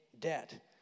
debt